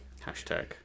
Hashtag